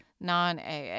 non-AA